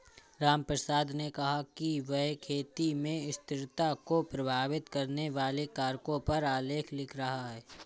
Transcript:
रामप्रसाद ने कहा कि वह खेती में स्थिरता को प्रभावित करने वाले कारकों पर आलेख लिख रहा है